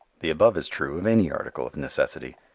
the above is true of any article of necessity.